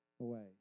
away